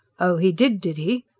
oh, he did, did he?